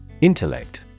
Intellect